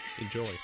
enjoy